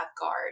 guard